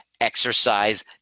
exercise